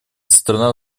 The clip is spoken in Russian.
страна